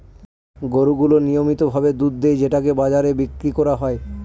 গরু গুলো নিয়মিত ভাবে দুধ দেয় যেটাকে বাজারে বিক্রি করা হয়